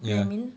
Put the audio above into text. know what I mean